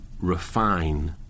refine